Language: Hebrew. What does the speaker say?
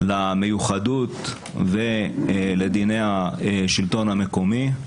למיוחדות ולדיני השלטון המקומי.